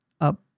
up